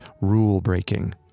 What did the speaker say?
rule-breaking